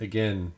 Again